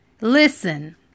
listen